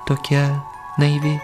tokia naivi